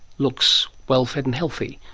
looks well fed and healthy,